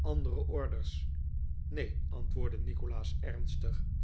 andere orders neen antwoordde nikolaas ernstig